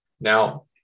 now